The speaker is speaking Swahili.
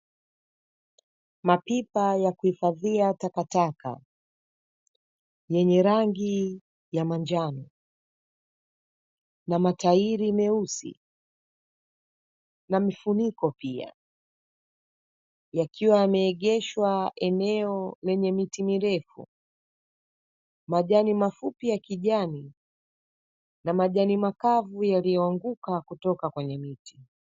Mapipa ya kuhifadhia takataka yenye rangi ya manjano na matairi meusi na mifuniko pia. Yakiwa yameegeshwa eneo lenye miti mirefu, majani mafupi ya kijani na majani makavu yaliyoanguka kutoka kwenye miti.